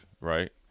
right